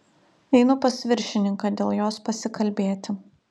einu pas viršininką dėl jos pasikalbėti